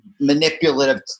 manipulative